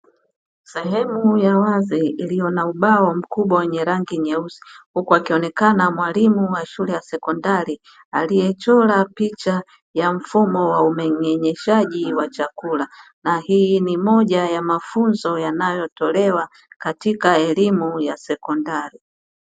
Sehemu ya wazi iliyo na ubao mkubwa wenye rangi nyeusi huku akionekana mwalimu wa shule ya sekondari aliyechora picha ya mfumo wa mmeng'enyeshaji wa chakula. Na hii ni moja ya mafunzo yanayotolewa katika elimu ya sekondari.